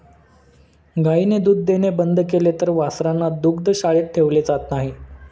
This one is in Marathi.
गायीने दूध देणे बंद केले तर वासरांना दुग्धशाळेत ठेवले जात नाही